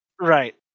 Right